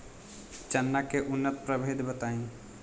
चना के उन्नत प्रभेद बताई?